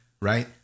right